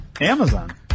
Amazon